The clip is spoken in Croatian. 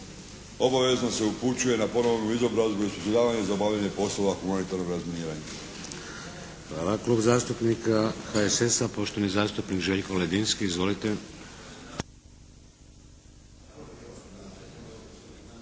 obavezno se upućuje na ponovnu izobrazbu i osiguravanje za obavljanje poslova humanitarnog razminiranja.